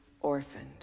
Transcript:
orphaned